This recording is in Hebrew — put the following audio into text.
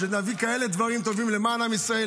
ושנביא כאלה דברים טובים למען עם ישראל.